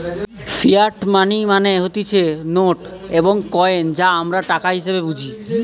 fiat money মানে হতিছে note এবং কইন যা আমরা টাকা হিসেবে বুঝি